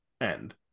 end